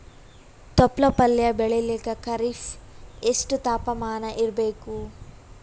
ತೊಪ್ಲ ಪಲ್ಯ ಬೆಳೆಯಲಿಕ ಖರೀಫ್ ಎಷ್ಟ ತಾಪಮಾನ ಇರಬೇಕು?